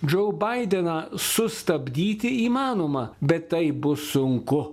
džo baideną sustabdyti įmanoma bet tai bus sunku